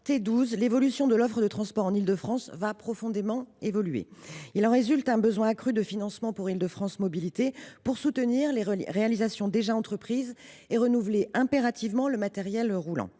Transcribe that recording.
T12, l’offre de transport en Île de France va profondément évoluer. Il en résulte un besoin accru de financement pour Île de France Mobilités afin de soutenir les réalisations déjà entreprises et renouveler impérativement le matériel roulant.